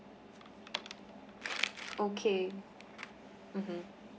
okay mmhmm